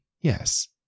yes